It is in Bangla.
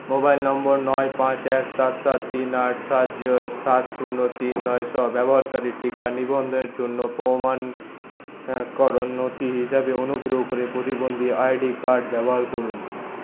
মোবাইল নম্বর নয় পাঁচ এক সাত সাত তিন আট সাত শূন্য তিন নয় সহ ব্যবহারকারীর টিকা নিবন্ধনের জন্য প্রমাণীকরণ নথি হিসাবে অনুগ্রহ করে প্রতিবন্ধী আইডি কার্ড ব্যবহার করুন